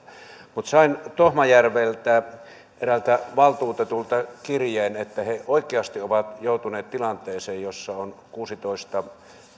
sain tohmajärveltä eräältä valtuutetulta kirjeen että he oikeasti ovat joutuneet tilanteeseen jossa kuusitoista